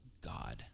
God